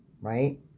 right